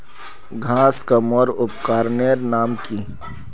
घांस कमवार उपकरनेर नाम की?